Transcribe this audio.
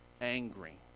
angry